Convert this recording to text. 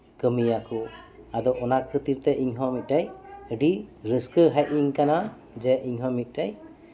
ᱟᱫᱚ ᱚᱱᱟ ᱠᱷᱟᱹᱛᱤᱨ ᱤᱧ ᱦᱚᱸ ᱢᱤᱫᱴᱮᱡ ᱨᱟᱹᱥᱠᱟᱹ ᱦᱮᱡ ᱤᱧ ᱠᱟᱱᱟ ᱡᱮ ᱤᱧᱦᱚᱸ ᱢᱤᱫᱴᱮᱡ